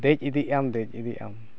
ᱫᱮᱡ ᱤᱫᱤᱜ ᱟᱢ ᱫᱮᱡ ᱤᱫᱤᱜ ᱟᱢ